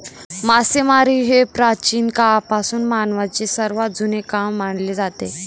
मासेमारी हे प्राचीन काळापासून मानवाचे सर्वात जुने काम मानले जाते